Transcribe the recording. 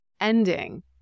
ending